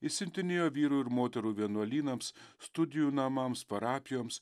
išsiuntinėjo vyrų ir moterų vienuolynams studijų namams parapijoms